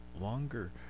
longer